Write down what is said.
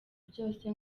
byose